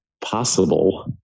possible